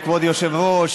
כבוד היושבת-ראש,